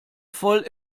voll